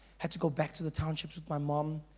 had to go back to the townships with my mom.